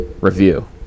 review